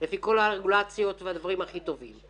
לפי כל הרגולציות והדברים הכי טובים.